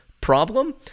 problem